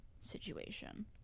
situation